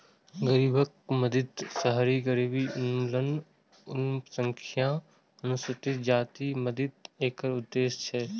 गरीबक मदति, शहरी गरीबी उन्मूलन, अल्पसंख्यक आ अनुसूचित जातिक मदति एकर उद्देश्य छै